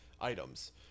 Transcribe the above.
items